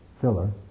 filler